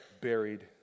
buried